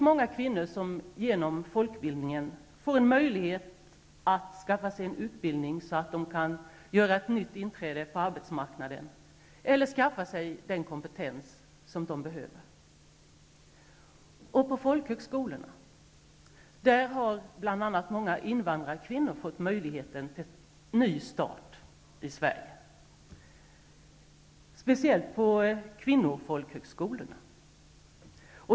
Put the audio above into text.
Många kvinnor får genom folkbildningen möjlighet att skaffa sig en utbildning så att de kan göra ett nytt inträde på arbetsmarknaden eller att skaffa sig den kompetens som de behöver. På folkhögskolorna har bl.a. många invandrarkvinnor fått möjligheten till en ny start i Sverige. Det gäller särskilt på kvinnofolkhögskolorna.